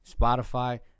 Spotify